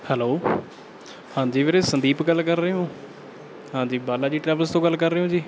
hello ਹਾਂਜੀ ਵੀਰੇ ਸੰਦੀਪ ਗੱਲ ਕਰ ਰਹੇ ਹੋ ਹਾਂਜੀ ਬਾਲਾ ਜੀ ਟਰੈਵਲਰਸ ਤੋਂ ਗੱਲ ਕਰ ਰਹੇ ਹੋ ਜੀ